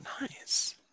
nice